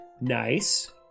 Nice